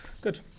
Good